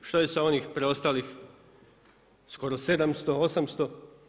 Što je sa onih preostalih skoro 700, 800?